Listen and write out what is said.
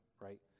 right